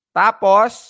tapos